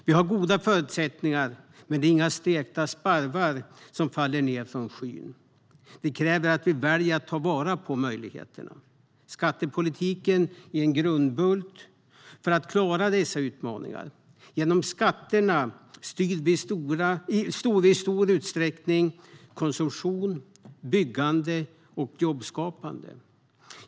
Vi har goda förutsättningar, men det är inga stekta sparvar som kommer flygande från skyn. Det kräver att vi väljer att ta vara på möjligheterna. Skattepolitiken är en grundbult för att klara dessa utmaningar. Genom skatterna styr vi i stor utsträckning konsumtion, byggande och jobbskapande.